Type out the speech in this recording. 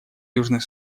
южный